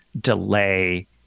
delay